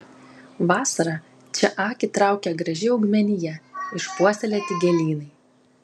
vasarą čia akį traukia graži augmenija išpuoselėti gėlynai